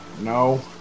no